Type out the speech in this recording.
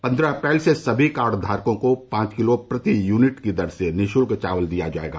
पन्द्रह अप्रैल से समी कार्डधारकों को पांच किलो प्रति यूनिट की दर से निःशुल्क चावल दिया जायेगा